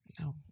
no